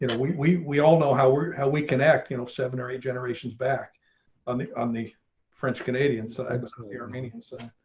and we we all know how we how we connect you know seven or eight generations back on the on the french canadian side but kind of the armenians.